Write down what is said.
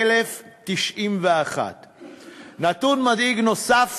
17,091. נתון מדאיג נוסף